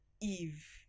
Eve